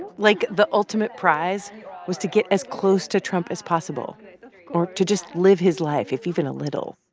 like, the ultimate prize was to get as close to trump as possible or to just live his life, if even a little.